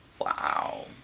Wow